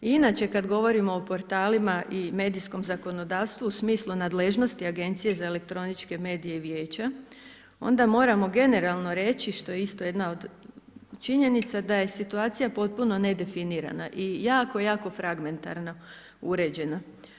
I inače kad govorimo o portalima i medijskom zakonodavstvu u smislu nadležnosti Agencije za elektroničke medije i Vijeća onda moramo generalno reći što je isto jedna od činjenica da je situacija potpuno nedefinirana i jako, jako fragmentarna, uređena.